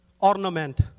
ornament